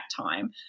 time